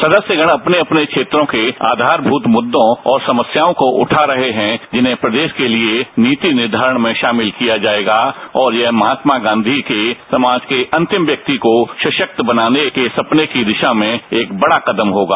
सदस्यगण अपने अपने क्षेत्रों के आधास्मृत मुद्दों और समस्याओं को उता रहे हैं जिन्हें प्रदेश के लिए नीति निर्धारण में शामिल किया जायेगा और ये महात्मा गांधी के समाज के अंतिम व्यक्ति को सशक्त बनाने के सपने की दिशा में एक बड़ा कदम होगा